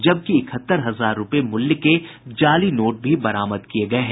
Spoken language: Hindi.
जबकि इकहत्तर हजार रूपये मूल्य के जाली नोट भी बरामद किये गये हैं